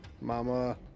Mama